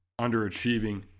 underachieving